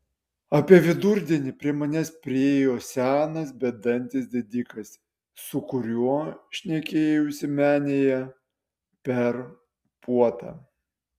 apie vidurdienį prie manęs priėjo senas bedantis didikas su kuriuo šnekėjausi menėje per puotą